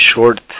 short